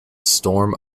storm